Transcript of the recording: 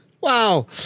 Wow